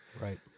Right